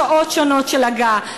שעות שונות של הגעה?